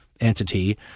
entity